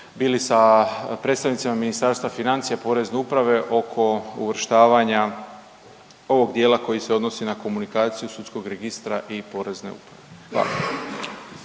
bili sa predstavnicima Ministarstva financija, Porezne uprave, oko uvrštavanja ovog dijela koji se odnosi na komunikaciju sudskog registra i Porezne uprave. Hvala.